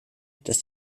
dass